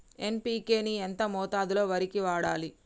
NPK ని ఎంత మోతాదులో వరికి వాడాలి?